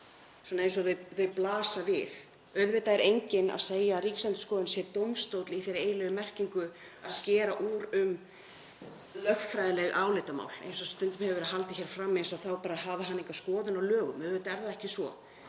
eins og þau blasa við. Auðvitað er enginn að segja að Ríkisendurskoðun sé dómstóll í þeirri eiginlegu merkingu að skera úr um lögfræðileg álitamál eins og stundum hefur verið haldið fram, eins og þá hafi hann bara enga skoðun á lögum. Auðvitað er það ekki svo.